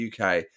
uk